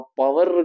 power